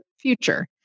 Future